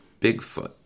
Bigfoot